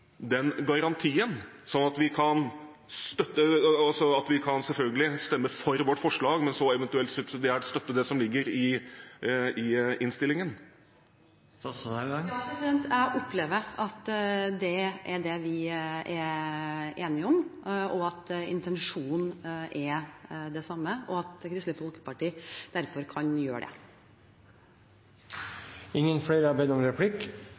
den garantien, sånn at vi – selvfølgelig – kan stemme for vårt forslag, men så eventuelt subsidiært støtte det som ligger i innstillingen? Ja, jeg opplever at det er det vi er enige om, at intensjonen er den samme, og at Kristelig Folkeparti derfor kan gjøre det. Replikkordskiftet er omme. Flere har ikke bedt om